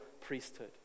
priesthood